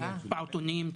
ל --- פעוטונים,